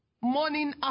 morning